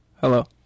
Hello